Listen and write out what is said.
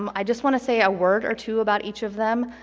um i just want to say a word or two about each of them,